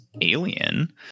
alien